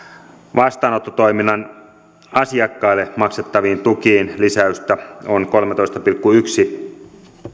vastaanottotoiminnan asiakkaille maksettaviin tukiin lisäystä on kolmetoista pilkku yksi